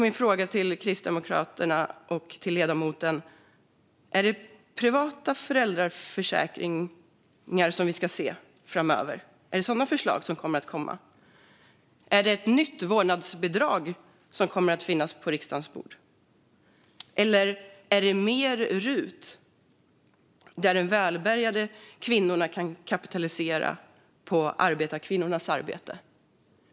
Min fråga till Kristdemokraterna och ledamoten är: Är det privata föräldraförsäkringar vi kommer att få se framöver? Är det sådana förslag som kommer att komma? Är det ett nytt vårdnadsbidrag som kommer att läggas på riksdagens bord? Eller är det mer rut, så att de välbärgade kvinnorna kan kapitalisera på arbetarkvinnornas arbete?